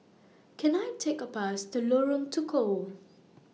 Can I Take A Bus to Lorong Tukol